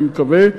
אני מקווה,